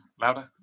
louder